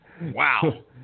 Wow